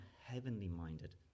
heavenly-minded